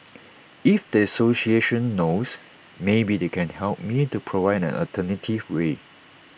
if the association knows maybe they can help me or provide an alternative way